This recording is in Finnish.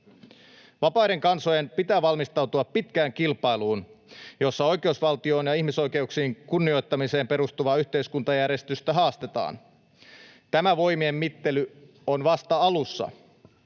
Vapaiden kansojen pitää valmistautua pitkään kilpailuun, jossa oikeusvaltioon ja ihmisoikeuksien kunnioittamiseen perustuvaa yhteiskuntajärjestystä haastetaan. Tämä voimien mittely on vasta alussa.